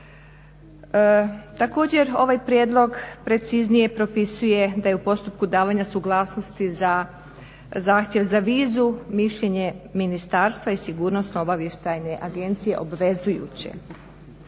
Također, ovaj prijedlog preciznije propisuje da je u postupku davanja suglasnosti za zahtjev za vizu mišljenje ministarstva i Sigurnosno-obavještajne agencije obvezujuće.